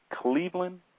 Cleveland